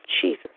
Jesus